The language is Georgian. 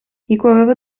იკვებება